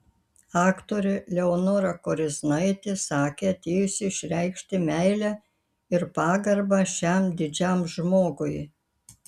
aktorė eleonora koriznaitė sakė atėjusi išreikšti meilę ir pagarbą šiam didžiam žmogui